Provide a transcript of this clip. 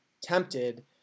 tempted